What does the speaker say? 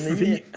the